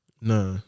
Nah